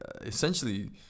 essentially